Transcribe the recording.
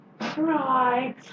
Right